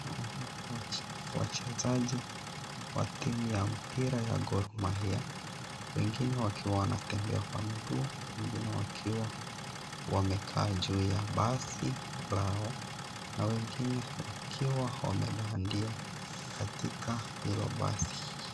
Wachezaji wa timu ya mpira ya (cs)Gor Mahia(cs) wengine wakiwa wanatembea kwa miguu wengine wakiwa wamekaa juu ya basi lao na wengine wakiwa wamedandia katika hilo basi.